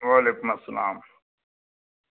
وعلیکُم السلام